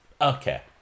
Okay